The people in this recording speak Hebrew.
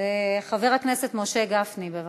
חבר הכנסת משה גפני, בבקשה,